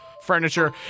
furniture